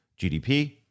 GDP